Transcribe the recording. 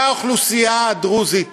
והאוכלוסייה הדרוזית,